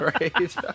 right